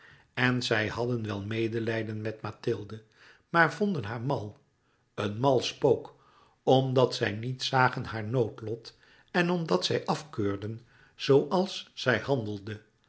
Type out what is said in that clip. en zij hadden wel medelijden met mathilde maar vonden haar mal een mal spook omdat zij niet zagen haar noodlot en omdat zij afkeurden zooals zij handelde